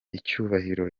icyubahiro